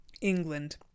England